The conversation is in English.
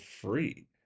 free